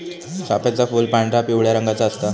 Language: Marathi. चाफ्याचा फूल पांढरा, पिवळ्या रंगाचा असता